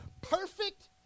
Perfect